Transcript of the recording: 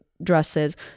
dresses